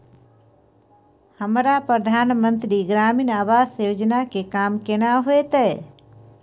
हमरा प्रधानमंत्री ग्रामीण आवास योजना के काम केना होतय?